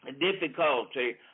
difficulty